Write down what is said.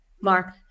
Mark